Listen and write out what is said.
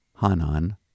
Hanan